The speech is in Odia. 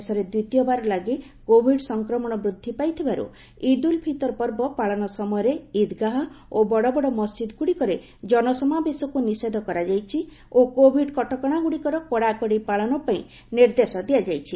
ଦେଶରେ ଦ୍ୱିତୀୟବାର ଲାଗି କୋଭିଡ ସଂକ୍ରମଣ ବୃଦ୍ଧି ପାଇଥିବାରୁ ଉଦ୍ ଉଲ ଫିତର ପର୍ବ ପାଳନ ସମୟରେ ଇଦ୍ଗାହ ଓ ବଡ ବଡ ମସ୍ଜିଦ୍ଗୁଡିକରେ ଜନସମାବେଶକୁ ନିଷେଧ କରାଯାଇଛି ଓ କୋଭିଡ କଟକଶାଗୁଡିକର କଡାକଡି ପାଳନ ପାଇଁ ନିର୍ଦ୍ଦେଶ ଦିଆଯାଇଛି